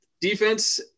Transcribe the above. Defense